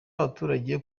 abaturage